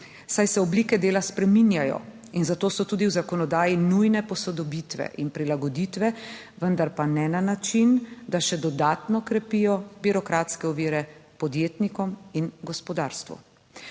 saj se oblike dela spreminjajo in zato so tudi v zakonodaji nujne posodobitve in prilagoditve, vendar pa ne na način, da še dodatno krepijo birokratske ovire podjetnikom in gospodarstvu.